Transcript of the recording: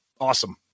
Awesome